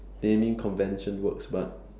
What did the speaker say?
naming convention works but